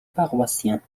paroissiens